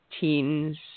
teens